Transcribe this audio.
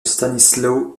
stanisław